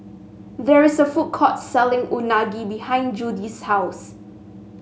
there is a food court selling Unagi behind Judie's house